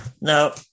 Now